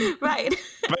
Right